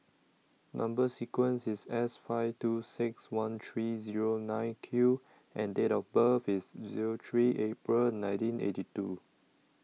Number sequence IS S five two six one three Zero nine Q and Date of birth IS Zero three April nineteen eighty two